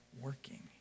working